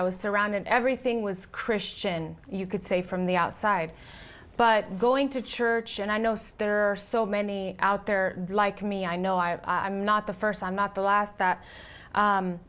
i was around and everything was christian you could say from the outside but going to church and i know there are so many out there like me i know i i'm not the first i'm not the last that